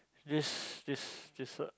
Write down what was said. this this this what